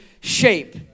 shape